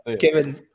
Kevin